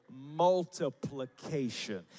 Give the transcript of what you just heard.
multiplication